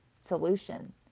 solution